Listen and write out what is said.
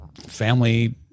family